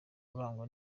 urangwa